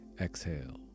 Exhale